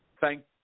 thank